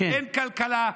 אין כלכלה,